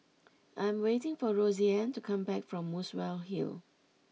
I'm waiting for Roseann to come back from Muswell Hill